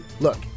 Look